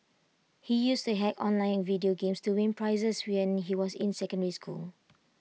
he used to hack online video games to win prizes when he was in secondary school